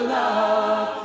love